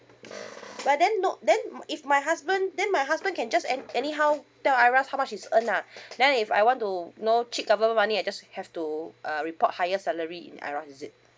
but then no then if my husband then my husband can just a~ anyhow tell IRAS how much he earn lah then if I want to you know cheat government money I just have to uh report higher salary in IRAS is it